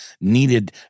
needed